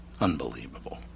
unbelievable